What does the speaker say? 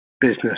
business